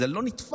זה לא נתפס,